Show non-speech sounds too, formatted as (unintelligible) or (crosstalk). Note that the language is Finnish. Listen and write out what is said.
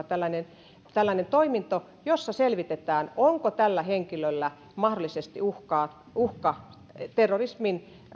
(unintelligible) tällainen turvapaikanhakijoihin kohdistuva toiminto jossa selvitetään onko tällä henkilöllä mahdollisesti uhka